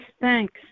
Thanks